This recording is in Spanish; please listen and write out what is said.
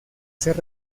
ser